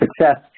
success